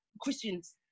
christians